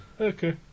Okay